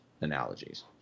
analogies